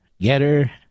Getter